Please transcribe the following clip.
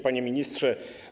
Panie Ministrze!